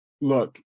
look